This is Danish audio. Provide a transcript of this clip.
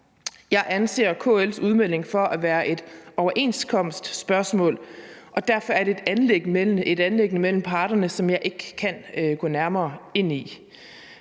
Jeg anser KL's udmelding for at være et overenskomstspørgsmål, og derfor er det et anliggende mellem parterne, som jeg ikke kan gå nærmere ind i,